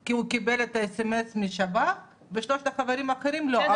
כי הוא קיבל את ה-SMS מהשב"כ ושלושת החברים האחרים לא.